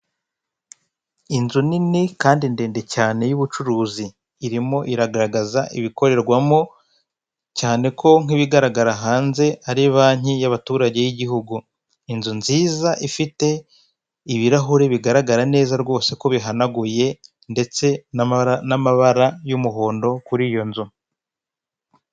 Inzu nini kandi ndende cyane y'ubucuruzi, irimo iragaragaza ibikorerwamo, cyane ko nk'ibigaragara hanze ari banki y'abaturage y'igihugu. Inzu nziza ifite ibirahuri bigaragara neza rwose ko bihanaguye ndetse n'amabara y'umuhondo kuri iyo nzu.